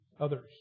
others